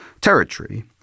territory